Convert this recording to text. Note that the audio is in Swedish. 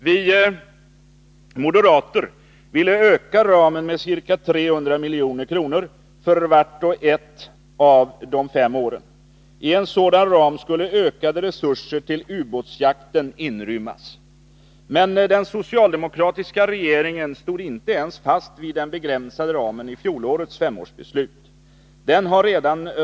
Vi moderater ville öka ramen med ca 300 milj.kr. för vart och ett av de fem åren. I en sådan ram skulle ökade resurser till ubåtsjakten inrymmas. Men den socialdemokratiska regeringen stod inte ens fast vid den begränsade ramen i fjolårets femårsbeslut.